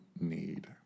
need